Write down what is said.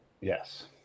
Yes